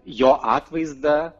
jo atvaizdą